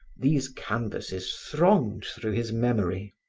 these canvasses thronged through his memory.